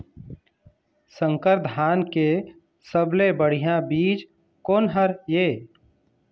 संकर धान के सबले बढ़िया बीज कोन हर ये?